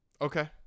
okay